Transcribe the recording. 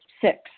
Six